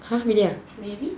!huh! really ah maybe